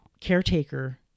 caretaker